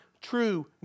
true